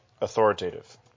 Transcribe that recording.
authoritative